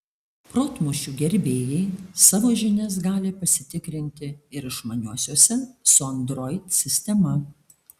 protmūšių gerbėjai savo žinias gali pasitikrinti ir išmaniuosiuose su android sistema